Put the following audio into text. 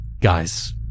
Guys